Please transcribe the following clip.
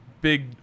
big